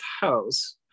House